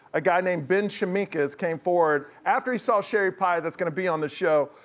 a guy named ben shimkus came forward, after he saw sherry pie that's gonna be on the show,